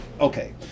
Okay